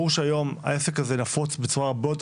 ברור שהיום העסק הזה נפוץ בצורה הרבה יותר